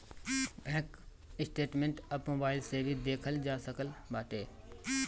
bank statement अब mobile से भी देखल जा सकत बाटे